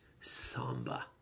Samba